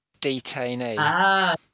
detainee